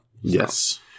Yes